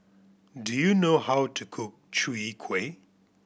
do you know how to cook Chwee Kueh